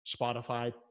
Spotify